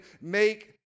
make